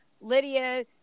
Lydia